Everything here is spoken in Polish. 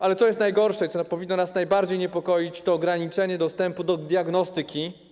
Ale co jest najgorsze, co powinno nas najbardziej niepokoić, to ograniczenie dostępu do diagnostyki.